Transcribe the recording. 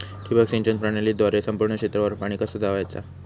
ठिबक सिंचन प्रणालीद्वारे संपूर्ण क्षेत्रावर पाणी कसा दयाचा?